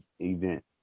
event